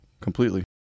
completely